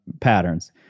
patterns